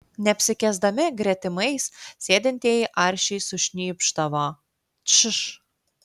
neapsikęsdami gretimais sėdintieji aršiai sušnypšdavo tš